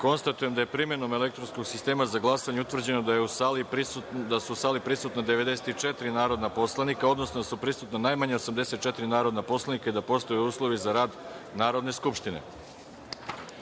glasanje. Konstatujem da je, primenom elektronskog sistema za glasanje, utvrđeno da je su u sali prisutna 94 narodna poslanika odnosno da su prisutna najmanje 84 narodna poslanika i da postoje uslovi za rad Narodne